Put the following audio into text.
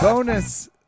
Bonus